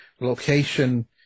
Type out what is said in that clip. location